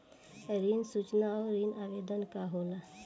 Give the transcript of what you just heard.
ऋण सूचना और ऋण आवेदन का होला?